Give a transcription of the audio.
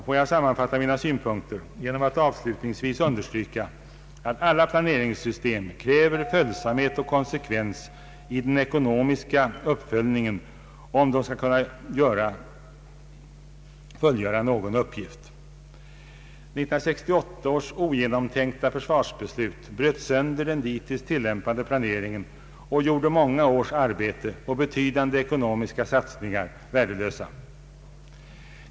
Låt mig sammanfatta mina synpunkter genom att avslutningsvis understryka att alla planeringssystem kräver följsamhet och konsekvens i den ekonomiska tillämpningen om de skall kunna fylla någon uppgift. 1968 års ogenomtänkta försvarsbeslut bröt sönder den dittills tillämpade planeringen och gjorde många års arbete och betydande ekonomiska satsningar värdelösa.